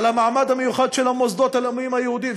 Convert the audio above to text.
על המעמד המיוחד של המוסדות הלאומיים היהודיים,